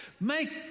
make